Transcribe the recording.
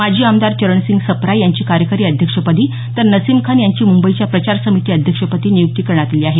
माजी आमदार चरणसिंग सप्रा यांची कार्यकारी अध्यक्षपदी तर नसीम खान यांची मुंबईच्या प्रचार समिती अध्यक्ष पदी नियुक्ती करण्यात आली आहे